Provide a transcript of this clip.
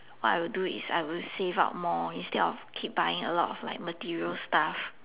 what I would do is I would save up more instead of keep buying a lot of like material stuff